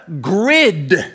grid